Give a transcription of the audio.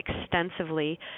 extensively